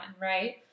Right